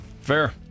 Fair